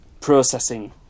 processing